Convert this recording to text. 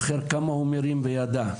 עד כמה הוא הרים וידע.